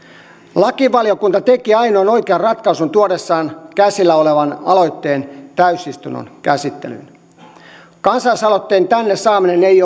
lakivaliokunta teki ainoan oikean ratkaisun tuodessaan käsillä olevan aloitteen täysistunnon käsittelyyn kansalaisaloitteen tänne saaminen ei